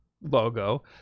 logo